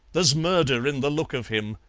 there's murder in the look of him.